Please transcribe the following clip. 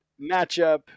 matchup